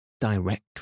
direct